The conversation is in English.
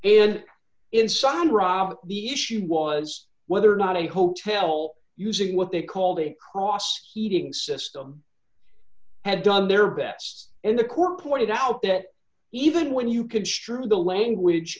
and inside iraq the issue was whether or not a hotel using what they called a cross heating system had done their bets and the court pointed out that even when you could strew the language